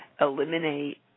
eliminate